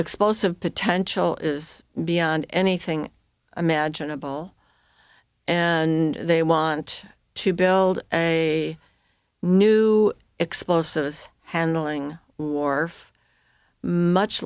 explosive potential is beyond anything imaginable and they want to build a new explosive as handling war much